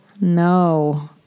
No